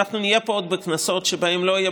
אבל אנחנו נהיה פה עוד בכנסות שבהן לא יהיה